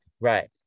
right